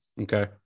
Okay